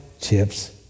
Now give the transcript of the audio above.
chips